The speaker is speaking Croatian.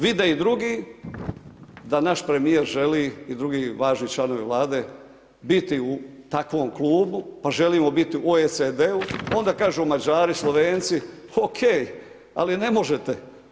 Vide i drugi da naš premijer želi i drugi važni članovi Vlade biti u takvom klubu, pa želimo biti u OECD-u, onda kažu Mađari, Slovenci o.k. ali ne možete.